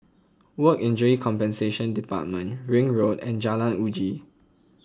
Work Injury Compensation Department Ring Road and Jalan Uji